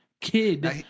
Kid